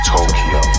Tokyo